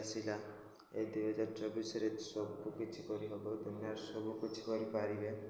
ଆସିଲା ଏ ଦୁଇହଜାର ଚବିଶରେ ସବୁକିଛି କରିହେବ ଦୁନିଆରେ ସବୁକିଛି କରିପାରିବେ